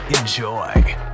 Enjoy